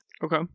Okay